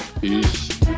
Peace